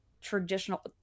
traditional